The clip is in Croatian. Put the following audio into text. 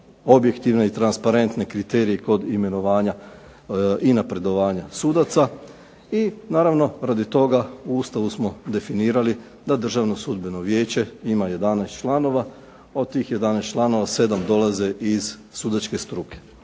objektivne i transparentne kriterije kod imenovanja i napredovanja sudaca. I naravno radi toga u Ustavu smo definirali da Državno sudbeno vijeće ima 11 članova. Od tih 11 članova 7 dolaze iz sudačke struke.